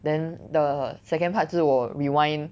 then the second part 就是我 rewind